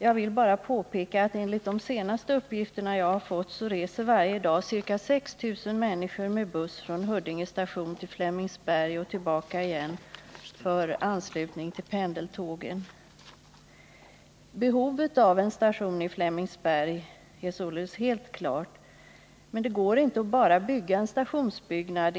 Jag vill bara påpeka att enligt de senaste uppgifter jag har fått reser varje dag ca 6 000 människor med buss Behovet av en station i Flemingsberg är således helt klart. Men det går inte att bara bygga en stationsbyggnad.